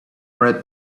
read